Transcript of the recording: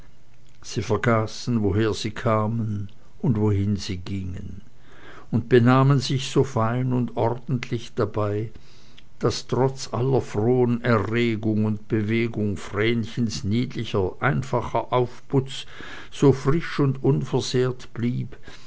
sie vergaßen woher sie kamen und wohin sie gingen und benahmen sich so fein und ordentlich dabei daß trotz aller frohen erregung und bewegung vrenchens niedlicher einfacher aufputz so frisch und unversehrt blieb